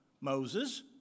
Moses